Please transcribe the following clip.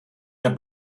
der